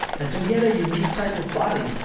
and so he had a unique type of body,